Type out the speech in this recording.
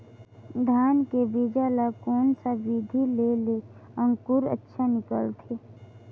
धान के बीजा ला कोन सा विधि ले अंकुर अच्छा निकलथे?